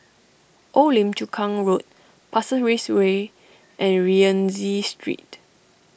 Old Lim Chu Kang Road Pasir Ris Way and Rienzi Street